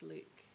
Luke